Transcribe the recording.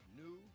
new